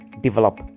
develop